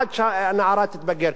עד שהנערה תתבגר.